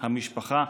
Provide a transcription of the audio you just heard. המשפחה,